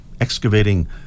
excavating